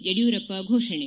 ಯಡಿಯೂರಪ್ಪ ಫೋಷಣೆ